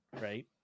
right